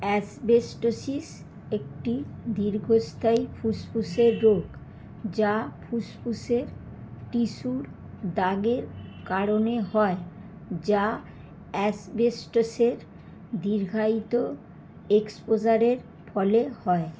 asbestosis একটি দীর্ঘস্তায়ী ফুসফুসের রোগ যা ফুসফুসের টিস্যুর দাগের কারণে হয় যা অ্যাসবেস্টসের দীর্ঘায়িত এক্সপোজারের ফলে হয়